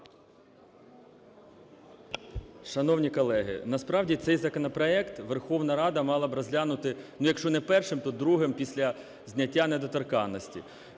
Шановні колеги! Насправді цей законопроект Верховна Рада мала б розглянути, якщо не першим, то другим після зняття недоторканності.